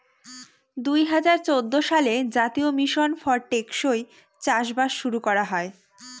দুই হাজার চৌদ্দ সালে জাতীয় মিশন ফর টেকসই চাষবাস শুরু করা হয়